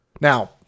Now